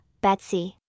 Betsy